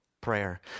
Prayer